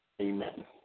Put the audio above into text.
Amen